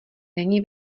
není